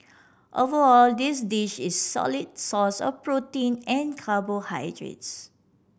overall this dish is solid source of protein and carbohydrates